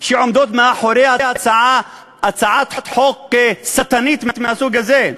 שעומדות מאחורי הצעת חוק שטנית מהסוג הזה,